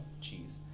cheese